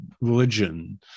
religion